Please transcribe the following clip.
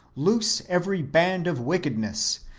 loose every band of wickedness,